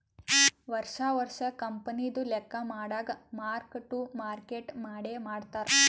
ವರ್ಷಾ ವರ್ಷಾ ಕಂಪನಿದು ಲೆಕ್ಕಾ ಮಾಡಾಗ್ ಮಾರ್ಕ್ ಟು ಮಾರ್ಕೇಟ್ ಮಾಡೆ ಮಾಡ್ತಾರ್